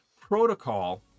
protocol